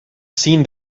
seen